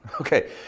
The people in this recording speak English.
okay